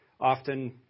often